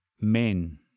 men